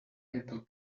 able